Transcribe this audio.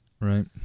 Right